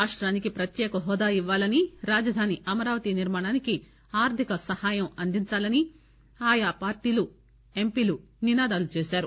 రాష్టానికి ప్రత్యేకహోదా ఇవ్వాలని రాజధాని అమరావతి నిర్మాణానికి ఆర్థిక సాయమందించాలని ఆయా పార్టీ ఎంపీలు నినాదాలు చేశారు